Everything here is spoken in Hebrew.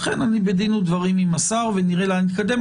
לכן אני בדין ודברים עם השר ונראה לאן נתקדם,